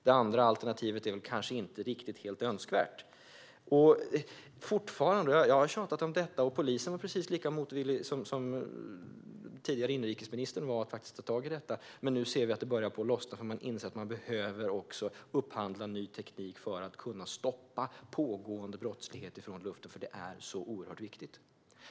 Det andra alternativet är kanske inte helt önskvärt. Jag har tjatat om detta, och polisen var precis lika motvillig som den tidigare inrikesministern när det gäller att ta tag i det. Men nu börjar det lossna. Man inser att man behöver upphandla ny teknik för att kunna stoppa pågående brottslighet från luften. Det är oerhört viktigt.